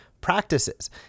practices